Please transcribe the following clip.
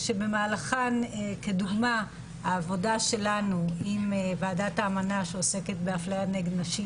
שבמהלכן כדוגמה העבודה שלנו עם ועדת האמנה שעוסקת באפליה נגד נשים